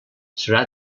serà